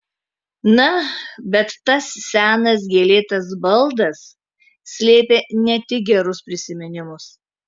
na bet tas senas gėlėtas baldas slėpė ne tik gerus prisiminimus